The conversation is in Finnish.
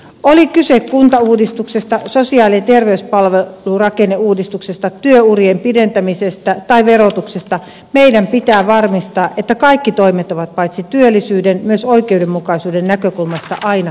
oli kyse kuntauudistuksesta sosiaali ja terveyspalvelurakenneuudistuksesta työurien pidentämisestä tai verotuksesta meidän pitää varmistaa että kaikki toimet ovat paitsi työllisyyden myös oikeudenmukaisuuden näkökulmasta aina kestäviä